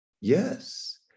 Yes